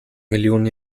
millionen